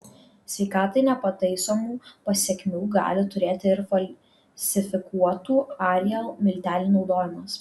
sveikatai nepataisomų pasekmių gali turėti ir falsifikuotų ariel miltelių naudojimas